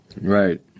Right